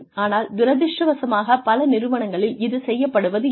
ஆனால் துரதிர்ஷ்டவசமாக பல நிறுவனங்களில் இது செய்யப்படுவதில்லை